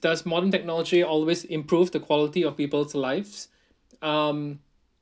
does modern technology always improve the quality of people's lives um